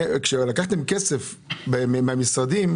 כשלקחתם כסף מהמשרדים,